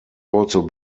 also